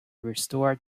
restore